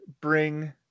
bring